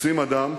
תופסים אדם,